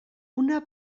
una